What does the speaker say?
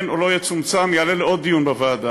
כן או לא יצומצם, יעלה לעוד דיון בוועדה.